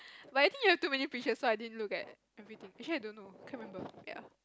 but I think you have too many pictures so I didn't look at everything actually I don't know I can't remember ya